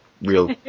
real